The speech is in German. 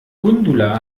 gundula